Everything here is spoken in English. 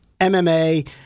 MMA